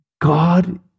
God